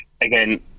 Again